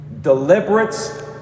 Deliberate